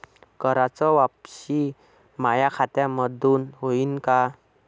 कराच वापसी माया खात्यामंधून होईन का?